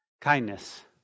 Kindness